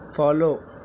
follow